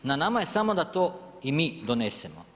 Na nama je samo da to i mi donesemo.